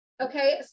Okay